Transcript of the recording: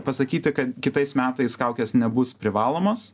pasakyti kad kitais metais kaukės nebus privalomos